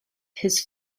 his